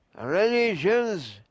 religion's